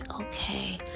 okay